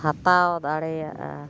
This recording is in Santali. ᱦᱟᱛᱟᱣ ᱫᱟᱲᱮᱭᱟᱜᱼᱟ